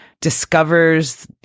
discovers